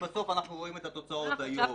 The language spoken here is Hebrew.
ובסוף, אנחנו רואים את התוצאות היום.